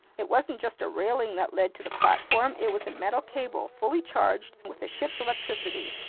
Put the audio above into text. it wasn't just a railing that led to the platform, it was a metal cable fully charged with the ship's electricity.